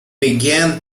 began